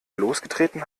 losgetreten